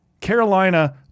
Carolina